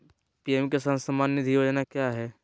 PM Kisan Samman Nidhi Yojana क्या है?